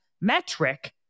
metric